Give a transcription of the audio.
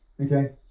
Okay